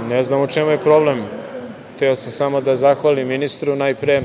**Đorđe Milićević** Hteo sam samo da zahvalim ministru najpre